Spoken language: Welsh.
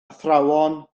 athrawon